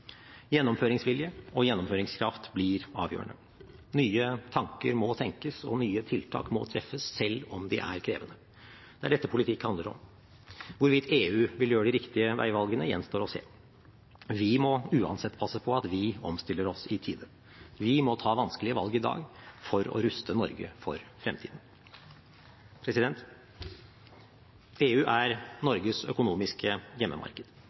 Gjennomføringsvilje og gjennomføringskraft blir avgjørende. Nye tanker må tenkes, og nye tiltak må treffes, selv om de er krevende. Det er dette politikk handler om. Hvorvidt EU vil gjøre de riktige veivalgene, gjenstår å se. Vi må uansett passe på at vi omstiller oss i tide. Vi må ta vanskelige valg i dag for å ruste Norge for fremtiden. EU er Norges økonomiske hjemmemarked.